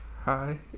Hi